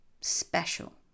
special